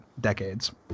decades